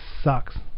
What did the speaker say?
sucks